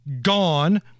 gone